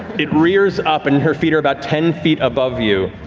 it rears up and her feet are about ten feet above you.